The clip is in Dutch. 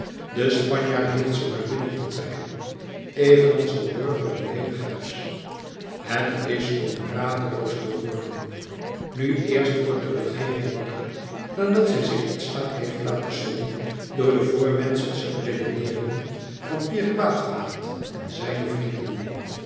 de spanjaard heeft ze maar binnen te trekken even als een burger een ledig huis het is om radeloos te worden nu eerst wordt de regeering wakker nadat zij zich inslaap heeft laten sollen door de voorwendsels en redeneeringen van pier quaet gelaet en zijne vrienden